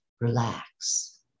Relax